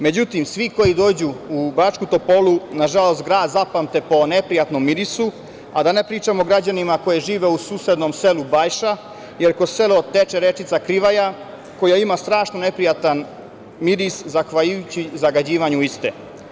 Međutim, svi koji dođu u Bačku Topolu nažalost grad zapamte po neprijatnom mirisu, a da ne pričamo o građanima koji žive u susednom selu Bajša, jer kroz selo teče rečica Krivaja koja ima strašno neprijatan miris zahvaljujući zagađivanju iste.